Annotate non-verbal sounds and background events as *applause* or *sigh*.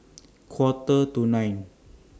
*noise* Quarter to nine